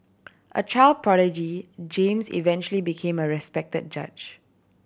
a child prodigy James eventually became a respect judge